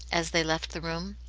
as they left the room.